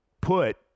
put